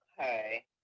okay